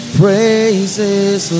praises